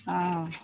অঁ